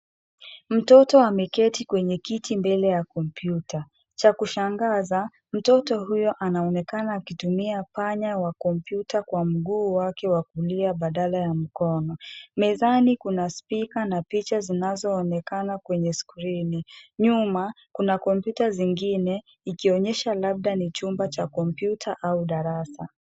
Mtoto ameketi kwenye kiti mbele ya kompyuta. Cha kushangaza, mtoto huyo anaonekana akitumia panya wa kompyuta kwa mguu wake wa kulia badala ya mikono. Mezani kuna spika na picha zinazoonekana kwenye skrini. Nyuma kuna kompyuta zingine ikionyesha labda ni chumba cha kompyuta au darasa.